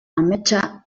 ametsa